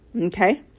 okay